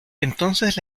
entonces